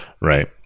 right